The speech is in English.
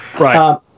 Right